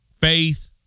faith